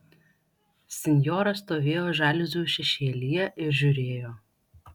sinjora stovėjo žaliuzių šešėlyje ir žiūrėjo